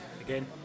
again